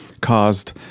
caused